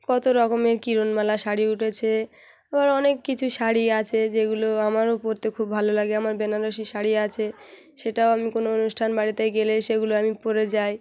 কতো রকমের কিরণমালা শাড়ি উঠেছে আবার অনেক কিছু শাড়ি আছে যেগুলো আমারও পরতে খুব ভালো লাগে আমার বেনারসি শাড়ি আছে সেটাও আমি কোনো অনুষ্ঠান বাড়িতে গেলে সেগুলো আমি পরে যাই